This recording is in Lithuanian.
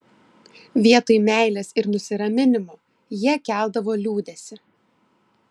vietoj meilės ir nusiraminimo jie keldavo liūdesį